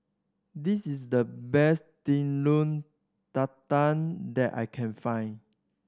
this is the best Telur Dadah that I can find